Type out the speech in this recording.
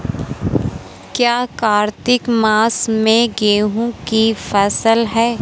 क्या कार्तिक मास में गेहु की फ़सल है?